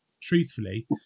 truthfully